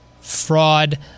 fraud